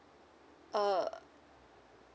uh